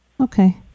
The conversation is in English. Okay